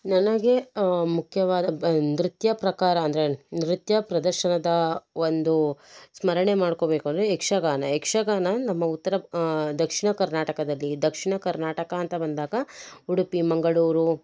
ನನಗೆ ಮುಖ್ಯವಾದ ನೃತ್ಯ ಪ್ರಕಾರ ಅಂದರೆ ನೃತ್ಯ ಪ್ರದರ್ಶನದ ಒಂದು ಸ್ಮರಣೆ ಮಾಡ್ಕೊಬೇಕು ಅಂದರೆ ಯಕ್ಷಗಾನ ಯಕ್ಷಗಾನ ನಮ್ಮ ಉತ್ತರ ದಕ್ಷಿಣ ಕರ್ನಾಟಕದಲ್ಲಿ ದಕ್ಷಿಣ ಕರ್ನಾಟಕ ಅಂತ ಬಂದಾಗ ಉಡುಪಿ ಮಂಗಳೂರು